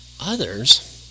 others